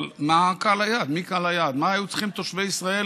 אתה תלמד אותנו מה זה דמוקרטיה.